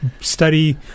study